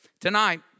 Tonight